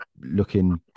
looking